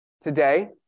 today